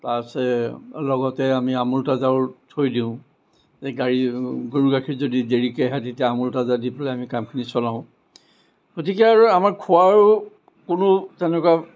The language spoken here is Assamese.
লগতে আমি আমূল তাজাও থৈ দিওঁ গাড়ী গৰু গাখীৰ যদি দেৰিকৈ আহে তেতিয়া আমূল তাজা দি পেলাই আমি কামখিনি চলাওঁ গতিকে আৰু আমাৰ খোৱাৰো কোনো তেনেকুৱা